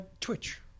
Twitch